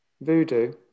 Voodoo